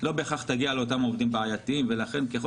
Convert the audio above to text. לא בהכרח תגיע לאותם עובדים בעיתיים ולכן ככל